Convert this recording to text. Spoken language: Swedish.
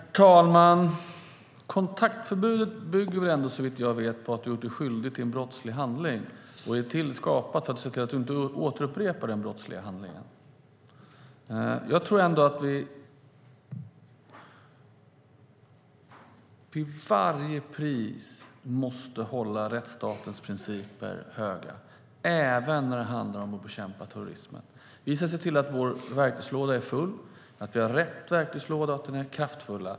Herr talman! Kontaktförbudet bygger såvitt jag vet på att du har gjort dig skyldig till en brottslig handling och är tillskapat för att du inte ska upprepa den brottsliga handlingen. Jag tror att vi till varje pris måste hålla rättsstatens principer högt, även när det handlar om att bekämpa terrorismen. Vi ska se till att vår verktygslåda är full, att vi har rätt verktyg och att de är kraftfulla.